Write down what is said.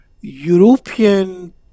European